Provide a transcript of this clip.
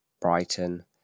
Brighton